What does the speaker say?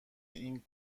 این